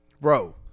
Bro